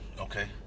Okay